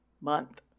month